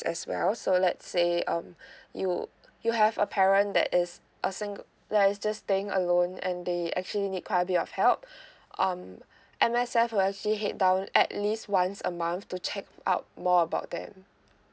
as well so let's say um you you have a parent that is a sing~ that is just staying alone and they actually need quite a bit of help um M_S_F will actually head down at least once a month to check out more about them